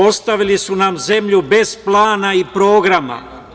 Ostavili su nam zemlju bez plana i programa.